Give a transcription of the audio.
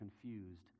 confused